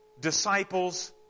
disciples